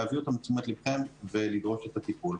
להביא אותן לתשומת ליבכם ולדרוש את הטיפול.